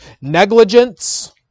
negligence